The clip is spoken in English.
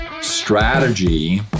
Strategy